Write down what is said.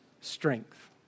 strength